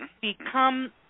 become